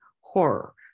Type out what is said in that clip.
horror